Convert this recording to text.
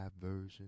version